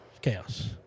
Chaos